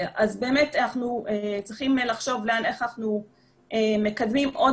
אנחנו צריכים לחשוב גם איך אנחנו מקדמים עוד